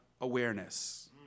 awareness